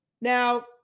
Now